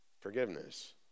forgiveness